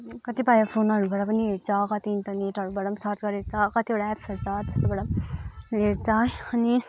कतिपय फोनहरूबाट पनि हेर्छ कति त नेटहरूबाट पनि सर्च गरेर हेर्छ कतिवटा एप्सहरू छ त्यस्तोबाट पनि हेर्छ अनि